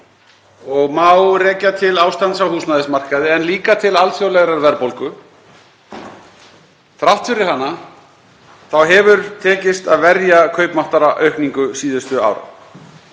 og má rekja til ástands á húsnæðismarkaði en líka til alþjóðlegrar verðbólgu hefur tekist að verja kaupmáttaraukningu síðustu ára.